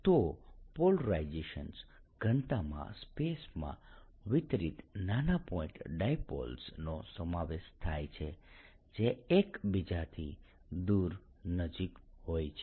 તો પોલરાઇઝેશન ઘનતામાં સ્પેસમાં વિતરિત નાના પોઇન્ટ ડાયપોલ્સ નો સમાવેશ થાય છે જે એક બીજાથી ખૂબ નજીક હોય છે